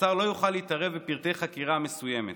השר לא יוכל להתערב בפרטי חקירה מסוימת.